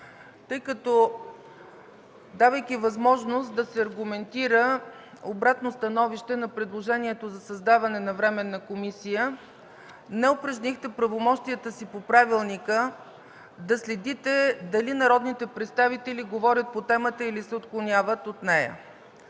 тъй като, давайки възможност да се аргументира обратно становище на предложението за създаване на временна комисия, не упражнихте правомощията си по правилника – да следите дали народните представители говорят по темата, или се отклоняват от нея.